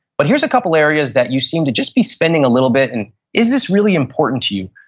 but here's a couple areas that you seem to just be spending a little bit and is this really important to you?